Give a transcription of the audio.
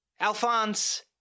Alphonse